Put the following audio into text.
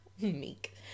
Meek